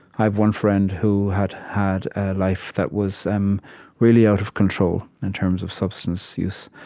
i have one friend who had had a life that was um really out of control in terms of substance use.